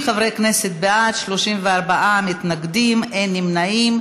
60 חברי כנסת בעד, 34 מתנגדים, אין נמנעים.